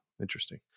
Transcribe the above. interesting